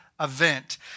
event